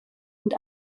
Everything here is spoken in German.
und